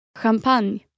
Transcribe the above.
champagne